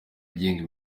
agenga